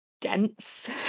dense